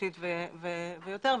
שלישית ויותר.